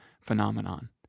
phenomenon